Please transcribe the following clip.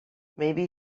maybe